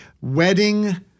wedding